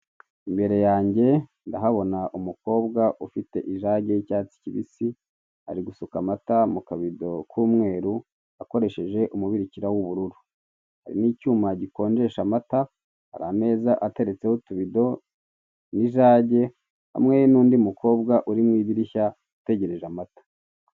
Imbere yanjye ndahabona umukobwa ufite ijage y'icyatsi kibisi, ari gusuka amata mu kabido k'umweru akoresheje umubirikira w'ubururu, hari n'icyuma gikonjesha amata, hari ameza ateretseho utubido n'ijage hamwe n'undi mukobwa uri mu idirishya utegereje amata.